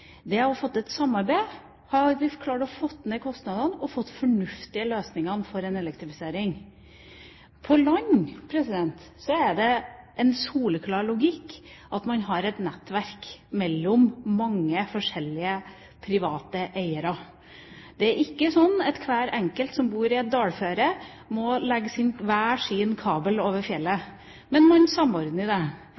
et samarbeid kunne vi klart å få ned kostnadene og få fornuftige løsninger for en elektrifisering. På land er det en soleklar logikk at man har et nettverk mellom mange forskjellige private eiere. Det er ikke sånn at hver enkelt som bor i et dalføre, må legge hver sin kabel over fjellet.